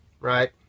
right